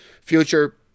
future